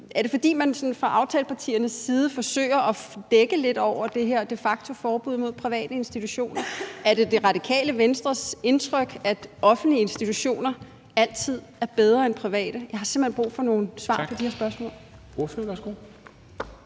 Er det, fordi man fra aftalepartiernes side sådan forsøger at dække lidt over det her de facto-forbud mod private institutioner? Er det Radikale Venstres indtryk, at offentlige institutioner altid er bedre end private? Jeg har simpelt hen brug for nogle svar på de her spørgsmål.